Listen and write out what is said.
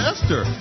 Esther